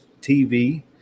TV